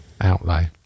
outlay